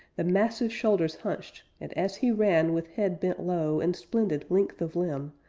the massive shoulders hunched, and as he ran with head bent low, and splendid length of limb,